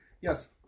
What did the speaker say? Yes